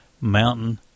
Mountain